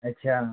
अच्छा